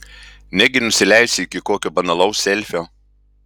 negi nusileisi iki kokio banalaus selfio